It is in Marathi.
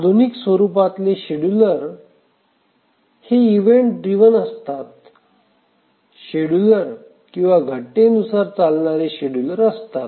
आधुनिक स्वरूपातले शेड्युलर असतात ते इव्हेंट ड्रिव्हन शेड्युलर किंवा घटनेनुसार चालणारे शेड्युलर असतात